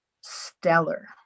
stellar